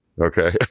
Okay